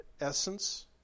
essence